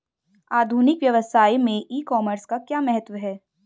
आधुनिक व्यवसाय में ई कॉमर्स का क्या महत्व है?